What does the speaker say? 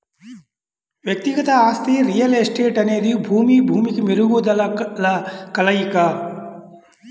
వ్యక్తిగత ఆస్తి రియల్ ఎస్టేట్అనేది భూమి, భూమికి మెరుగుదలల కలయిక